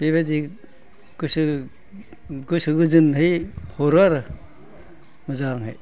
बेबायदि गोसो गोजोनै हरो आरो जाबाय